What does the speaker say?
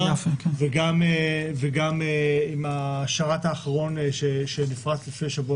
בחדרה וגם עם השרת האחרון שנפרץ לפני שבוע